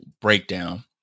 breakdown